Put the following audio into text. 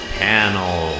panel